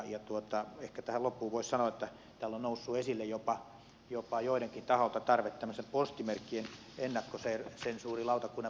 ehkä tähän loppuun voisi sanoa että täällä on noussut esille joidenkin taholta jopa tarve tämmöisen postimerkkien ennakkosensuurilautakunnan perustamiseen